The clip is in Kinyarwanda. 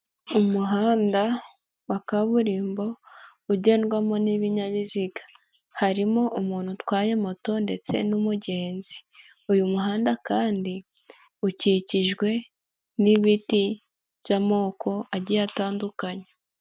Umuhanda wa kaburimbo ugendwamo n'ibinyabiziga, harimo umuntu utwaye moto ndetse n'umugenzi, uyu muhanda kandi ukikijwe n'ibiti by'amoko agiye atandukanye.